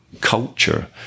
culture